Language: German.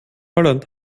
holland